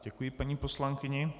Děkuji paní poslankyni.